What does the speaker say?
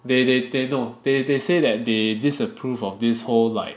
they they they no they they said that they disapprove of this whole like